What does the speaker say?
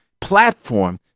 platform